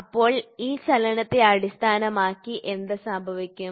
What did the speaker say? അപ്പോൾ ഈ ചലനത്തെ അടിസ്ഥാനമാക്കി എന്ത് സംഭവിക്കും